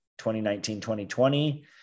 2019-2020